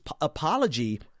apology